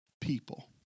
people